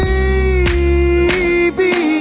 Baby